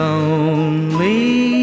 Lonely